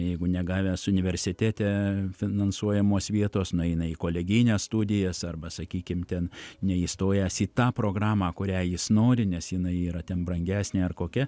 jeigu negavęs universitete finansuojamos vietos nueina į kolegijines studijas arba sakykim ten neįstojęs į tą programą kurią jis nori nes jinai yra ten brangesnė ar kokia